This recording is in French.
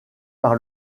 par